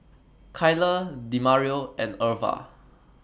Kyler Demario and Irva